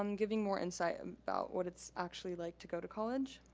um giving more insight um about what it's actually like to go to college.